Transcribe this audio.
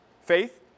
Faith